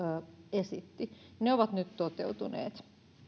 esitti ne ovat nyt toteutuneet